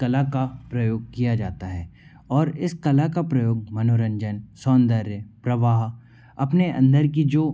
कला का प्रयोग किया जाता है और इस कला का प्रयोग मनोरंजन सौन्दर्य प्रवाह अपनी अंदर की जो